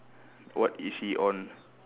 what is he on